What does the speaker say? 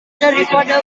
daripada